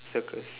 circus